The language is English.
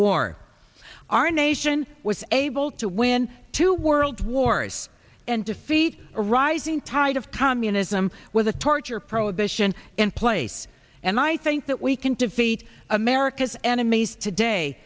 war our nation was able to win two world wars and defeat a rising tide of communism with a torture prohibition in place and i think that we can defeat america's enemies today